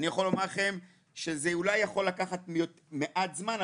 אני יכול לומר לכם שזה אולי יכול לקחת מעט זמן,